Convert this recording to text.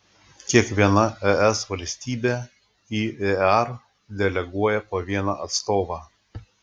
kiekviena es valstybė į ear deleguoja po vieną atstovą